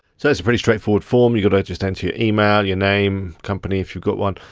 so it's a pretty straightforward form, you're gonna just enter your email, your name, company, if you've got one.